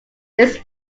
this